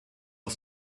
auf